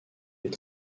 est